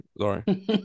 sorry